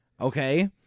Okay